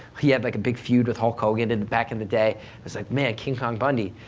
he had like a big feud with hulk hogan back in the day. i was like, man, king kong bundy.